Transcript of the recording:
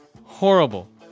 horrible